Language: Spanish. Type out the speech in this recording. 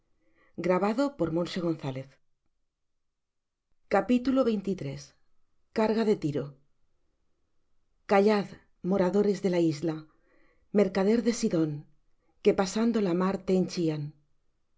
carga de tiro callad moradores de la isla mercader de sidón que pasando la mar te henchían